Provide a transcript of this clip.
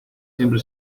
siempre